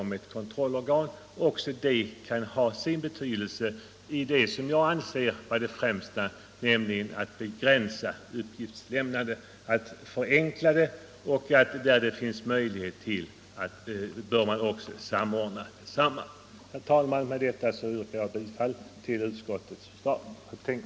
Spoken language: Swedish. Det kan ha stor betydelse när det gäller den enligt min uppfattning viktigaste frågan, nämligen att begränsa uppgiftslämnandet, att förenkla det och att där det finns möjligheter samordna det. Herr talman! Med detta ber jag att få yrka bifall till utskottets hemställan.